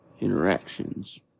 interactions